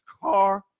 car